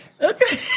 Okay